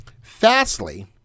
Fastly